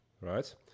right